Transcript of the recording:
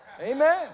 amen